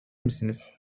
misiniz